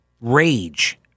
rage